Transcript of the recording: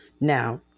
Now